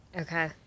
Okay